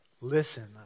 listen